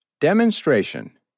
demonstration